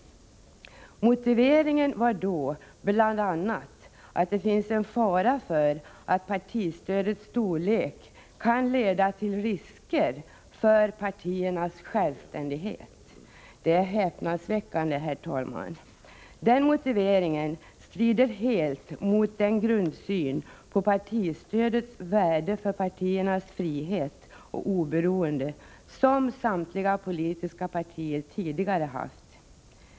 Motiveringen var då bl.a. att det finns en fara för att partistödets storlek kan leda till risker för partiernas självständighet. Det är häpnadsväckande, herr talman. Den motiveringen strider helt mot den grundsyn på partistödets värde för partiernas frihet och oberoende som samtliga politiska partier tidigare haft.